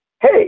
Hey